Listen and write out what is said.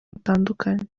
butandukanye